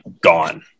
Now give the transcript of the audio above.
gone